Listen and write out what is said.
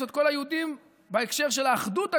את כל היהודים" בהקשר של האחדות הגדולה,